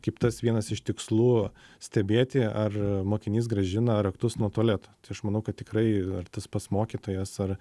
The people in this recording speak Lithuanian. kaip tas vienas iš tikslų stebėti ar mokinys grąžina raktus nuo tualeto tai aš manau kad tikrai ar tas pats mokytojas ar